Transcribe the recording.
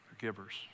givers